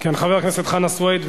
חבר הכנסת חנא סוייד,